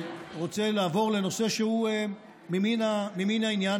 אני רוצה לעבור לנושא שהוא ממן העניין,